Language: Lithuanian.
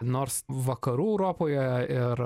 nors vakarų europoje ir